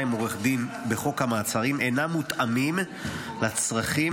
עם עורך דין בחוק המעצרים אינם מותאמים לצרכים,